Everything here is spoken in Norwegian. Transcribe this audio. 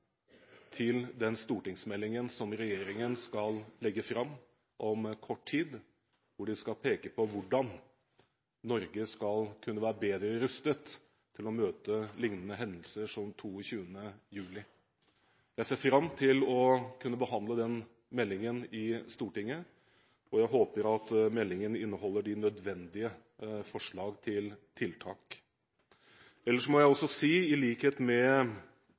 til den stortingsmeldingen som regjeringen om kort tid skal legge fram, hvor de skal peke på hvordan Norge skal kunne være bedre rustet til å møte hendelser lik 22. juli-hendelsen. Jeg ser fram til å kunne behandle denne meldingen i Stortinget, og jeg håper at den inneholder de nødvendige forslag til tiltak. Ellers må jeg i likhet med